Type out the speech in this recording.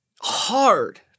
hard